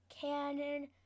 Cannon